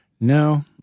no